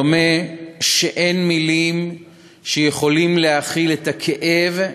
דומה שאין מילים שיכולות להכיל את הכאב,